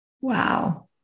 Wow